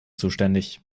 zuständig